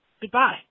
Goodbye